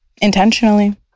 intentionally